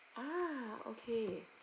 ah okay